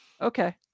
Okay